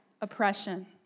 oppression